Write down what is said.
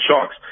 Sharks